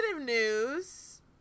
news